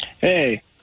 hey